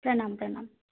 प्रणामः प्रणामः